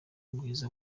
bwiza